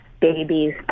babies